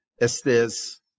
Estes